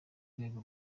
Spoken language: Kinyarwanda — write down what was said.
rwego